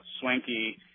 swanky –